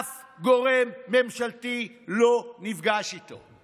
אף גורם ממשלתי לא נפגש איתו,